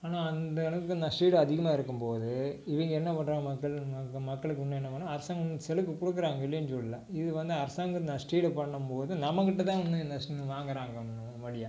ஆனால் அந்த அளவுக்கு நஷ்ட ஈடு அதிகமாக இருக்கும் போது இவங்க என்ன பண்ணுறாங்க மக்கள் மக்களுக்கு இன்னும் என்ன பண்ணால் அரசாங்க சலுகை கொடுக்கறாங்க இல்லைன்னு சொல்லலை இது வந்து அரசாங்கம் நஷ்ட ஈடு பண்ணும் போது நம்மக் கிட்டே தான் இன்னும் நஷ்ட ஈடு வாங்குறாங்க மறுபடியும்